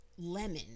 Lemon